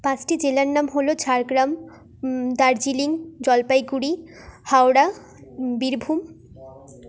পাঁচটি জেলার নাম হলো ঝাড়গ্রাম দার্জিলিং জলপাইগুড়ি হাওড়া বীরভূম